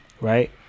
right